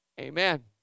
Amen